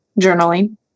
journaling